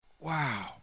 Wow